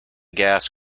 gas